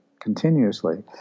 continuously